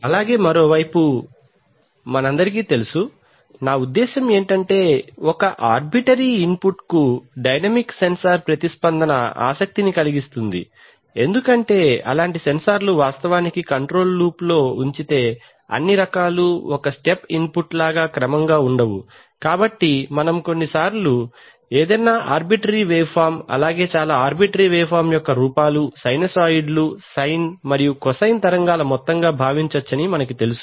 అలాగే మరోవైపు మనందరికీ తెలుసు నా ఉద్దేశ్యం ఏమిటంటే ఒక ఆర్బిటరీ ఇన్పుట్కు డైనమిక్ సెన్సార్ ప్రతిస్పందన ఆసక్తిని కలిగిస్తుంది ఎందుకంటే అలాంటి సెన్సార్ను వాస్తవానికి కంట్రోల్ లూప్లో ఉంచితే అన్ని రకాలు ఒక స్టెప్ ఇన్పుట్ లాగా క్రమంగా ఉండవు కాబట్టి మనం కొన్నిసార్లు ఏదైనా ఆర్బిటరీ వేవ్ ఫామ్ అలాగే చాలా ఆర్బిటరీ వేవ్ ఫామ్ యొక్క రూపాలు సైనోసాయిడ్లు సైన్ మరియు కొసైన్ తరంగాల మొత్తంగా భావించవచ్చని మనకు తెలుసు